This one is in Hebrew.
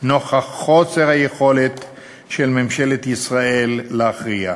נוכח חוסר היכולת של ממשלת ישראל להכריע.